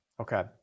Okay